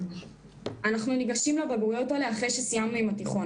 אנחנו ניגשים לבגרויות האלה אחרי שסיימנו עם התיכון.